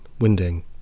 Winding